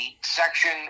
section